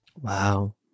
Wow